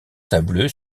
sableux